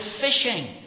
fishing